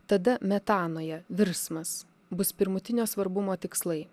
tada metanoje virsmas bus pirmutinio svarbumo tikslai